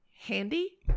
handy